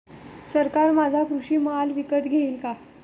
सरकार माझा कृषी माल विकत घेईल का?